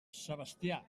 sebastià